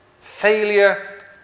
failure